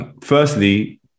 firstly